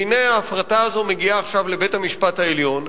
והנה ההפרטה הזו מגיעה עכשיו לבית-המשפט העליון,